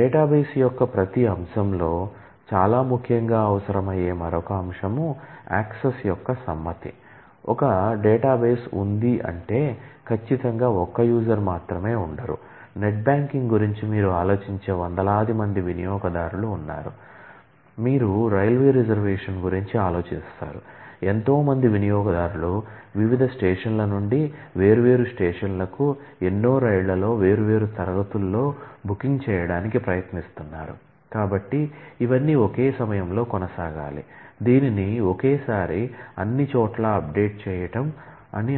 database అన్ని